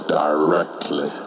directly